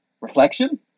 reflection